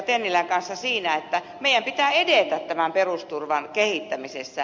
tennilän kanssa siinä että meidän pitää edetä tämän perusturvan kehittämisessä